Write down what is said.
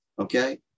Okay